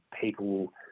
people